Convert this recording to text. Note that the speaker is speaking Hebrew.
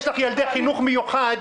יש לך ילדי חינוך מיוחד,